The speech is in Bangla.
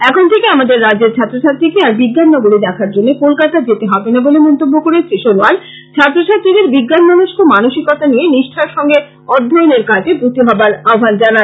এখন থেকে আমাদের রাজ্যের ছাত্রছাত্রীকে আর বিজ্ঞান নগরী দেখার জন্য কোলকাতা যেতে হবেনা বলে মন্তব্য করে শ্রী সনোয়াল ছাত্রছাত্রীদের বিজ্ঞানসমস্ক মানসিকতা নিয়ে নিষ্ঠার সঙ্গে অধ্যয়নের কাজে ব্রতী হবার আহ্বান জানান